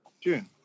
june